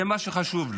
זה מה שחשוב לו.